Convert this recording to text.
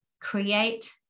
create